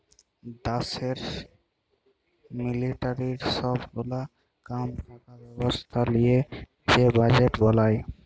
দ্যাশের মিলিটারির সব গুলা কাম থাকা ব্যবস্থা লিয়ে যে বাজেট বলায়